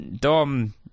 Dom